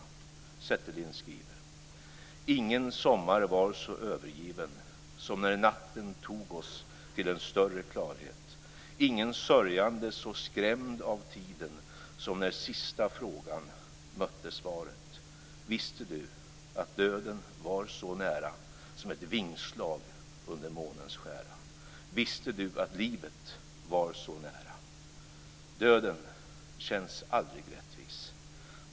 Bo Setterlind skriver: Ingen sommar var så övergiven som när natten tog oss till en större klarhet, ingen sörjande så skrämd av tiden som när sista frågan mötte Svaret. Visste du, att Döden var så nära som ett vingslag under månens skära? Visste du, att Livet var så nära! Döden känns aldrig rättvis.